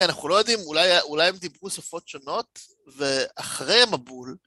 אנחנו לא יודעים, אולי הם דיברו שפות שונות, ואחרי המבול...